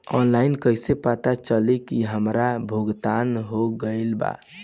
Online कईसे पता चली की हमार भुगतान हो गईल बा?